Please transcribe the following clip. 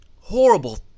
horrible